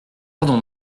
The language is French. pardon